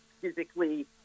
physically